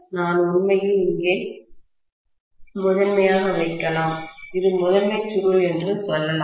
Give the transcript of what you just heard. நான் உண்மையில் இங்கே முதன்மையாக வைக்கலாம் இது முதன்மை சுருள் என்று சொல்லலாம்